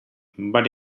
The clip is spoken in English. but